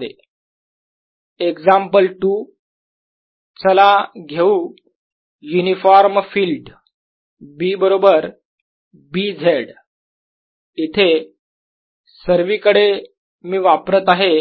A 02πln s z example 2 चला घेऊ uniform field B बरोबर B z इथे सर्वीकडे मी वापरत आहे